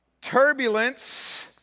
Turbulence